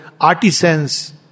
Artisans